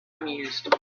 amused